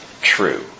true